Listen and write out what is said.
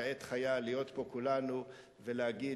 מכיוון שהם ידעו שלא בגלל שהמקום נהיה לפני הפס ואחרי הפס,